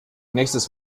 nächstes